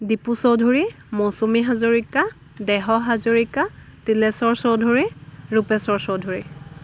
দীপু চৌধুৰী মৌচুমী হাজৰিকা দেহ হাজৰিকা তিলেশ্বৰ চৌধুৰী ৰূপেশ্বৰ চৌধুৰী